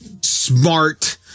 smart